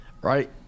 right